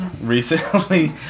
recently